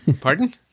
Pardon